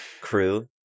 crew